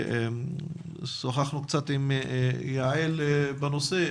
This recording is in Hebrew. שוחחנו קצת עם יעל בנושא.